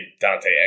Dante